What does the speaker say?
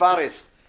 פארס אל חאג'י.